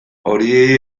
horiei